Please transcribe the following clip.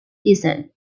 descent